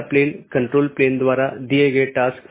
एक stub AS दूसरे AS के लिए एक एकल कनेक्शन है